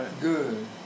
Good